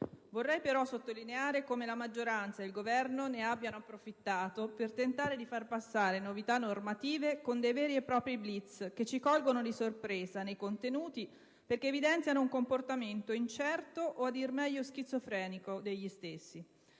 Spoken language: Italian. Vorrei però sottolineare come la maggioranza e il Governo ne abbiano approfittato per tentare di far passare novità normative, con dei veri e propri blitz che ci colgono di sorpresa nei contenuti, perché evidenziano un comportamento incerto o, a dir meglio, schizofrenico degli stessi